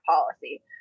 policy